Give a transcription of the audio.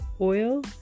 oil